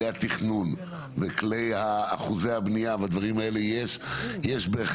כלי התכנון וכלי אחוזי הבניה והדברים האלה יש בהחלט,